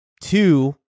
two